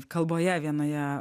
kalboje vienoje